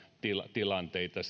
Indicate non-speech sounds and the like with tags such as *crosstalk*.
tilanteita *unintelligible*